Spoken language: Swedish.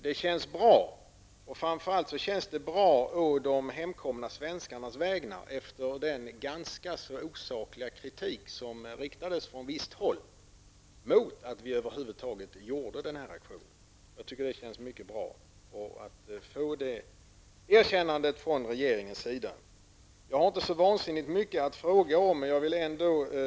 Det känns bra, framför allt å de hemkomna svenskarnas vägnar, efter den ganska osakliga kritik som riktades från visst håll mot att vi över huvud taget gjorde denna aktion. Det känns mycket bra att få det erkännandet från regeringens sida. Jag har inte så mycket att fråga om, men jag vill ha ett klargörande på tre punkter.